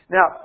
Now